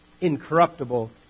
incorruptible